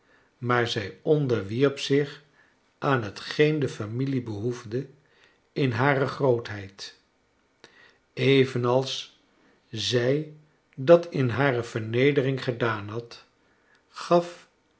maar zij onderwierp zich aan hetgeen de familie behoefde in hare grootheid evenals zij dat in hare vernedering gedaan had gaf